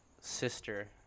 sister